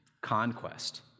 conquest